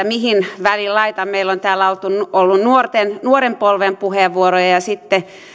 mihin väliin laitan kun meillä on täällä ollut nuoren polven puheenvuoroja ja ja sitten